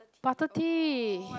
butter tea